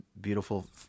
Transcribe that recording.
beautiful